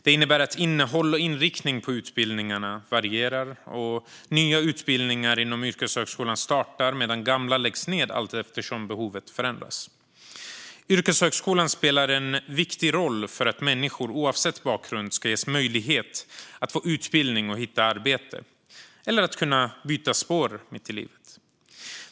Det innebär att innehåll och inriktning på utbildningarna varierar, och nya utbildningar inom yrkeshögskolan startar medan gamla läggs ned allteftersom behovet förändras. Yrkeshögskolan spelar en viktig roll för att människor, oavsett bakgrund, ska ges möjlighet att få utbildning, att hitta arbete eller att byta spår mitt i livet.